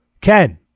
Ken